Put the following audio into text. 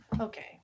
okay